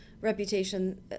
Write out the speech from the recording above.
reputation